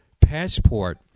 passport